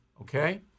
okay